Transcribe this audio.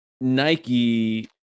Nike